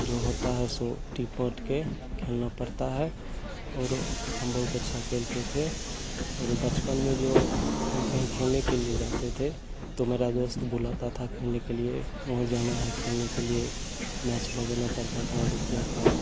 जो होता है सो टी पोट के खेलना पड़ता है और हम बहुत अच्छा खेलते थे और बचपन में जो हम कहीं खेलने के लिए जाते थे तो मेरा दोस्त बुलाता था खेलने के लिए वहाँ जाना है खेलने के लिए मैच लगाना पड़ता था रूपया का